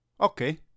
Okay